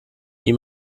you